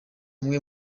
umwe